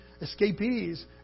escapees